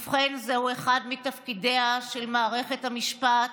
ובכן, זהו אחד מתפקידיה של מערכת המשפט,